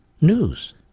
news